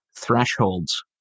thresholds